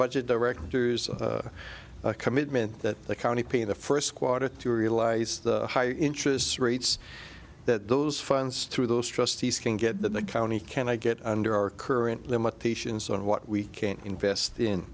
budget directors of a commitment that the county pay the first quota to realize the high interest rates that those funds through those trustees can get the county can i get under our current limitations on what we can invest in